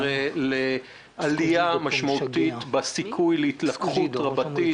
לעלייה משמעותית בסיכוי להתלקחות רבתית,